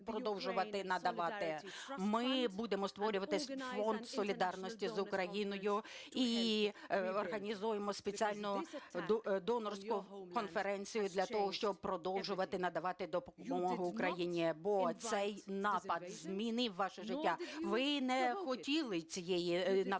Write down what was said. Ми будемо створювати Фонд солідарності з Україною і організуємо спеціальну донорську конференцію для того, щоб продовжувати надавати допомогу Україні, бо цей напад змінив ваше життя. Ви не хотіли цієї напади,